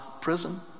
prison